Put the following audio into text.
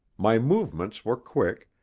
my movements were quick,